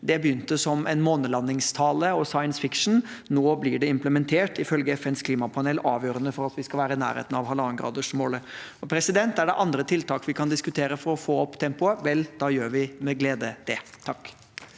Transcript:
Det begynte som en månelandingstale og science fiction. Nå blir det implementert og ifølge FNs klimapanel avgjørende for at vi skal være i nærheten av 1,5-gradersmålet. Og er det andre tiltak vi kan diskutere for å få opp tempoet, vel, da gjør vi med glede det.